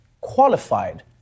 qualified